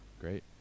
Great